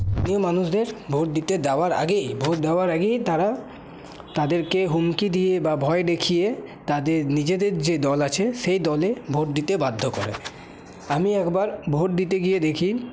মানুষদের ভোট দিতে দেওয়ার আগেই ভোট দেওয়ার আগেই তারা তাদেরকে হুমকি দিয়ে বা ভয় দেখিয়ে তাদের নিজেদের যে দল আছে সেই দলে ভোট দিতে বাধ্য করে আমি একবার ভোট দিতে গিয়ে দেখি